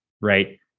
Right